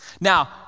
Now